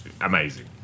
amazing